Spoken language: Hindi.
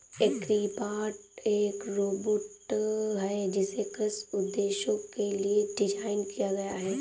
एग्रीबॉट एक रोबोट है जिसे कृषि उद्देश्यों के लिए डिज़ाइन किया गया है